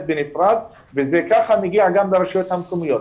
לבד וכך זה גם מגיע לרשויות המקומיות.